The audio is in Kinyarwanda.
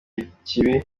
ikibi